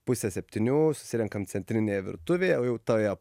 pusę septynių susirenkam centrinėje virtuvėje o jau toje